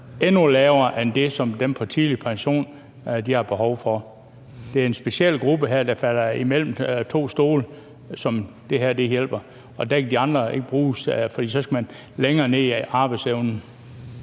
endnu lavere end den, som dem på tidlig pension har. Det er en speciel gruppe, der falder imellem to stole, som det her hjælper, og der kan de andre ordninger ikke bruges, for så skal arbejdsevnen